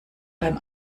beim